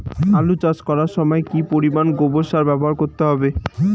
আলু চাষ করার সময় কি পরিমাণ গোবর সার ব্যবহার করতে হবে?